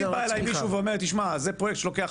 אם בא אלי מישהו ואומר: זה פרויקט שלוקח